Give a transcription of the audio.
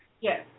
Yes